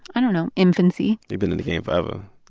i don't know, infancy you've been in the game forever.